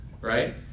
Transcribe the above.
right